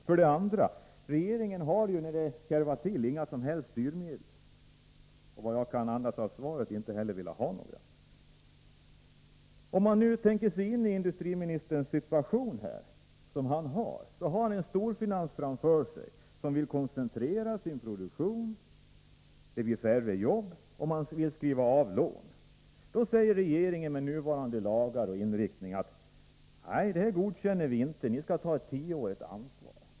För det andra har regeringen inga som helst styrmedel när det kärvar till sig, och vill — såvitt jag kan förstå av svaret — inte heller ha några. Låt oss tänka oss in i industriministerns situation. Han har framför sig en storfinans som vill koncentrera sin produktion, vilket medför färre jobb, och skriva av lån. Då säger regeringen med hänvisning till nuvarande lagar och inriktning på politiken: Nej, det godkänner vi inte. Ni skall ta ett tioårigt ansvar.